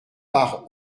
par